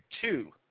two